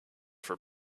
for